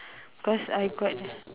cause I got